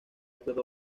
acuerdo